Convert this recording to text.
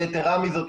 ויתרה מזאת,